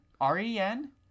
R-E-N